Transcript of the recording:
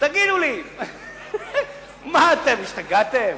תגידו לי, מה, אתם השתגעתם?